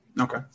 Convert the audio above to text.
okay